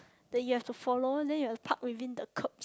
that you have to follow then you have to park within the curb